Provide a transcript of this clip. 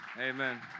amen